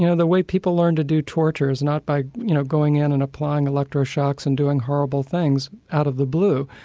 you know the way people learn to do torture is not by you know going in and applying electric shocks and doing horrible things out of the blue.